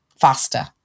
faster